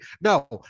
No